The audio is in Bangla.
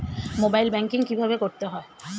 মোবাইল ব্যাঙ্কিং কীভাবে করতে হয়?